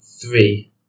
Three